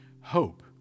Hope